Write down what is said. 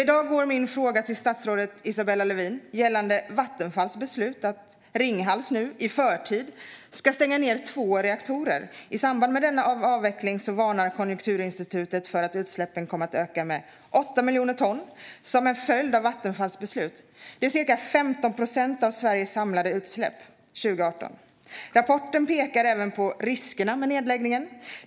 I dag går min fråga till statsrådet Isabella Lövin och handlar om Vattenfalls beslut att Ringhals i förtid ska stänga två reaktorer. Konjunkturinstitutet varnar för att utsläppen i samband med denna avveckling kommer att öka med 8 miljoner ton som en följd av Vattenfalls beslut. Det är ca 15 procent av Sveriges samlade utsläpp 2018. Rapporten pekar även på riskerna med nedläggningen.